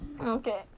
okay